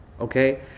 okay